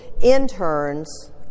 interns